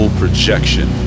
projection